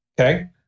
Okay